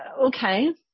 Okay